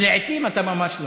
ולעתים אתה ממש לא.